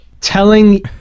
telling